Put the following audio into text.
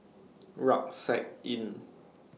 Rucksack Inn